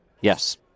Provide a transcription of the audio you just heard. Yes